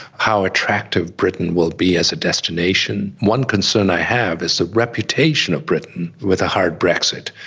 how attractive britain will be as a destination. one concern i have is the reputation of britain with a hard brexit.